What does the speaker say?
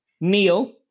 Neil